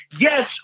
yes